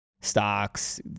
stocks